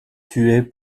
tué